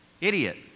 Idiot